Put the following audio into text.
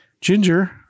Ginger